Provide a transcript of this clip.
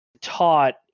taught